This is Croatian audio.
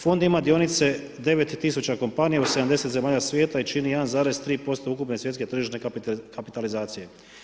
Fond ima dionice u 9000 kompanija u 70 zemalja svijeta i čini 1,3 ukupne svjetske tržišne kapitalizacije.